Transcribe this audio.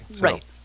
right